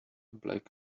black